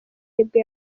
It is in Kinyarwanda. nibwo